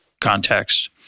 context